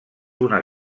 una